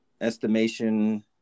estimation